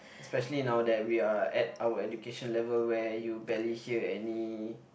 especially now that we are at our education level where you barely hear any